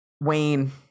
wayne